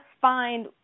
find